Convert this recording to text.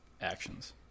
actions